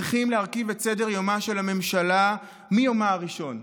צריכים להרכיב את סדר-יומה של הממשלה מיומה הראשון.